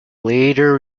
later